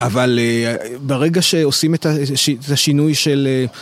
אבל ברגע שעושים את השינוי של...